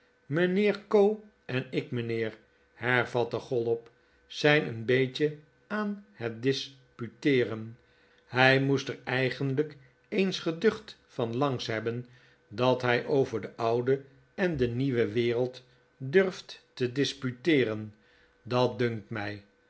mijnheer co en ik mijnheer hervatte chollop zijn een beetje aan het disputeeren hij moest er eigenlijk eens geducht van langs hebben dat hij over de oude en de nieuwe wereld durft te disputeeren dat dunkt mij